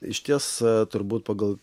išties turbūt pagal